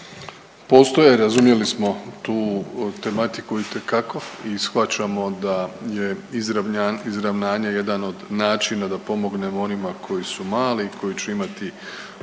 Postoje, razumjeli smo tu tematiku itekako i shvaćamo da je izravnanje jedan od načina da pomognemo onima koji su mali i koji će imati